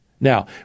Now